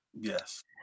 Yes